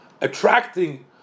attracting